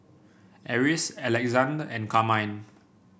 Eris Alexande and Carmine